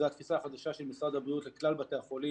זו התפיסה החדשה של משרד הבריאות לכלל בתי החולים,